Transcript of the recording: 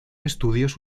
estudios